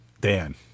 dan